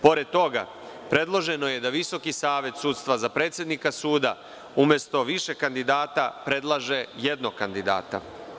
Pored toga, predloženo je da Visoki savet sudstva za predsednika suda, umesto više kandidata, predlaže jednog kandidata.